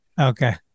Okay